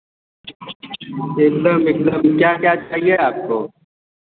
एकदम एकदम क्या क्या चाहिए आपको